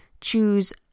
choose